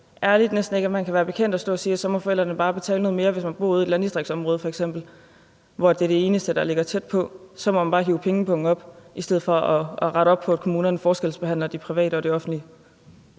helt ærlig ikke, man kan være bekendt at stå og sige, at så må forældrene bare betale noget mere, hvis man f.eks. bor ude i et landdistriktsområde, hvor det er det eneste, der ligger tæt på – så må forældrene bare hive pengepungen op, i stedet for at man retter op på, at kommunerne forskelsbehandler de private og de offentlige.